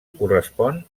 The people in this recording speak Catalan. correspon